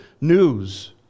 news